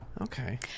Okay